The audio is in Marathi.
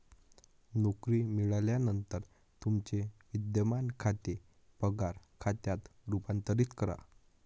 नोकरी मिळाल्यानंतर तुमचे विद्यमान खाते पगार खात्यात रूपांतरित करा